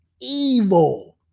evil